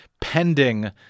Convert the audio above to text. pending